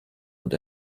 und